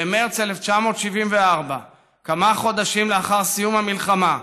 במרס 1974, כמה חודשים לאחר סיום המלחמה,